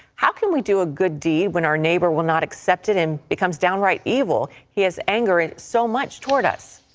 how can we do a good deed when our neighbor will not accept it and becomes downright evil. he has anger so much toward us.